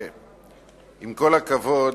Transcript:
עם כל הכבוד,